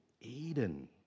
Eden